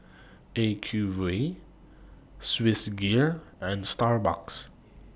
Acuvue Swissgear and Starbucks